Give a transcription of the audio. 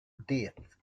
death